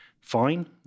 fine